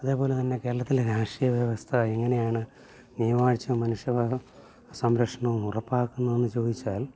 അതേപോലെ തന്നെ കേരളത്തിലെ രാഷ്ട്രീയ വ്യവസ്ഥ എങ്ങനെയാണ് നിയവാഴ്ച്ച മനുഷ്യ സംരക്ഷണവും ഉറപ്പാക്കുന്നതെന്ന് ചോദിച്ചാൽ